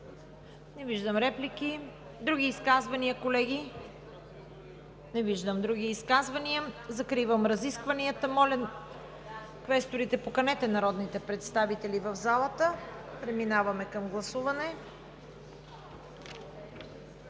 Не виждам. Други изказвания, колеги? Не виждам други изказвания. Закривам разискванията. Моля, квесторите, поканете народните представители в залата – преминаваме към гласуване.